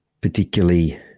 particularly